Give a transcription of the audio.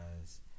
guys